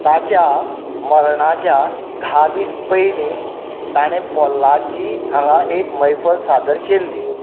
ताच्या मरणाच्या धा दीस पयलीं ताणें पोल्लाची हांगा एक मैफल सादर केल्ली